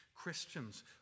Christians